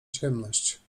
ciemność